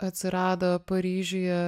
atsirado paryžiuje